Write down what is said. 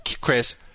Chris